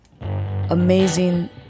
Amazing